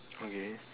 okay